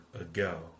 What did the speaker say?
ago